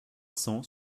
cent